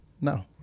No